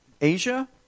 Asia